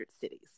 cities